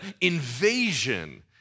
invasion